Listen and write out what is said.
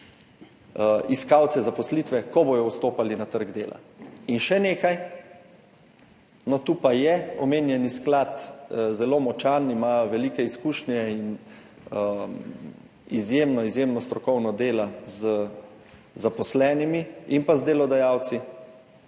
iskalce zaposlitve, ko bodo vstopali na trg dela. In še nekaj, no, tu pa je omenjeni sklad zelo močan, ima veliko izkušnje in izjemno, izjemno strokovno dela z zaposlenimi in pa z delodajalci,